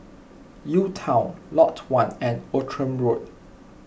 UTown Lot one and Outram Road